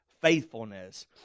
faithfulness